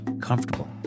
Comfortable